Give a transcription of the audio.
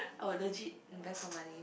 I'll legit invest my money